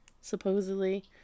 supposedly